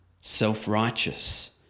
self-righteous